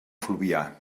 fluvià